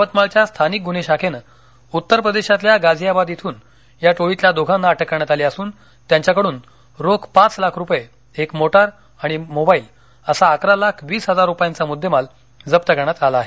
यवतमाळच्या स्थानिक गुन्हे शाखेनं उत्तर प्रदेशातल्या गाझीयाबाद श्रिन या टोळीतल्या दोघांना अटक करण्यात आली असून त्यांच्याकडून रोख पाच लाख रुपये एक मोटार आणि मोबाईल असा अकरा लाख वीस हजार रुपयांचा मुद्देमाल जप करण्यात आला आहे